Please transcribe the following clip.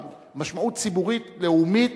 משמעות ציבורית לאומית,